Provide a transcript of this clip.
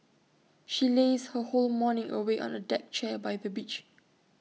she lazed her whole morning away on A deck chair by the beach